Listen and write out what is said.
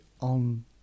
on